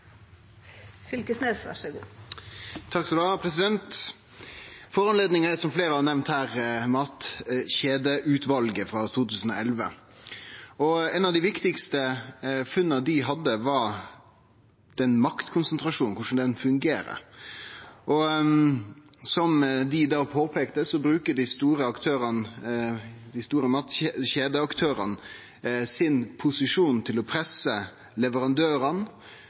som fleire har nemnt her, Matkjedeutvalet frå 2011. Eit av dei viktigaste funna dei hadde, var maktkonsentrasjonen og korleis den fungerer. Som dei da påpeikte, bruker dei store matkjedeaktørane sin posisjon til å presse leverandørane,